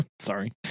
Sorry